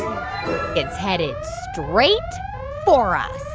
it's headed straight for us.